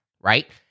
right